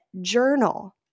Journal